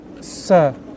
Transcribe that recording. Sir